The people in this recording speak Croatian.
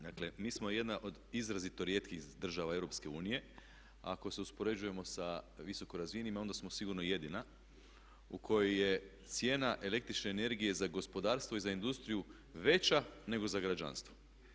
Dakle mi smo jedna od izrazito rijetkih država Europske unije a ako se uspoređujemo sa visoko razvijenima onda smo sigurno jedina u kojoj je cijena električne energije za gospodarstvo i za industriju veća nego za građanstvo.